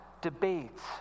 debates